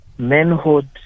Manhood